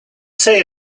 say